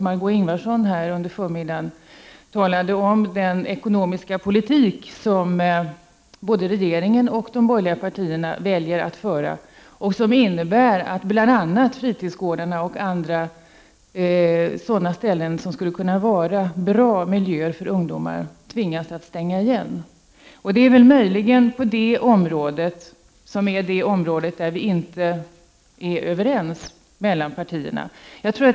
Margö Ingvardsson talade om den ekonomiska politik som både regeringen och de borgerliga partierna väljer att föra och som innebär att bl.a. fritidsgårdar och andra ställen som skulle kunna vara bra miljöer för ungdomar tvingas stänga. Detta är möjligen det område där partierna inte är överens.